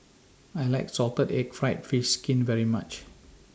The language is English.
I like Salted Egg Fried Fish Skin very much